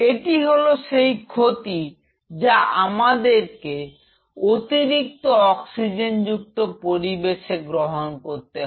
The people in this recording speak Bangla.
এটি হলো সেই ক্ষতি যা আমাদের অতিরিক্ত অক্সিজেন যুক্ত পরিবেশে গ্রহণ করতে হয়